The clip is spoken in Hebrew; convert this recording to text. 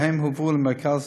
והם הועברו למרכז